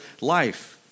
life